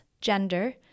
gender